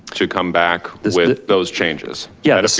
to come back with those changes? yeah,